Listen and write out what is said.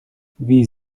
wie